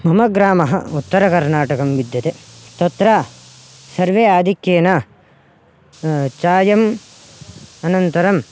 मम ग्रामः उत्तरकर्नाटकं विद्यते तत्र सर्वे आधिक्येन चायम् अनन्तरम्